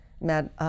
*Mad